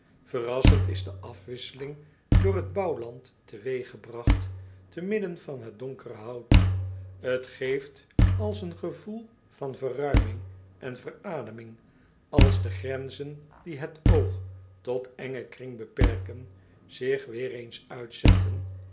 verrassend is de afwisseling door het bouwland teweeggebragt te midden van het donkere hout t geeft als een gevoel van verruiming en verademing als de grenzen die het oog tot engen kring beperken zich weêr eens uitzetten